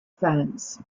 fans